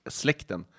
släkten